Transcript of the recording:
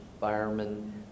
firemen